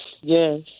yes